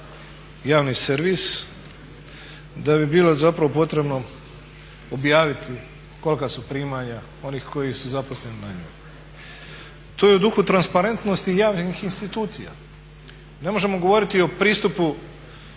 javni servis da bi bilo zapravo potrebno objaviti kolika su primanja onih koji su zaposleni na njoj. To je u duhu transparentnosti i javnih institucija. Ne možemo govoriti o pristupu